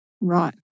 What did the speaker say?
Right